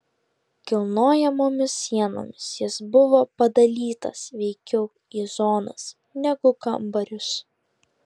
kilnojamomis sienomis jis buvo padalytas veikiau į zonas negu kambarius